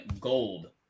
Gold